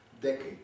decade